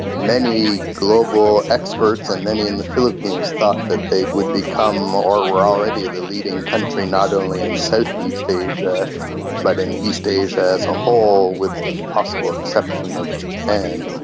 many global experts and many in the philippines thought that they would become or were already the leading country not only in southeast asia but in east asia as a whole with the possible exception of japan.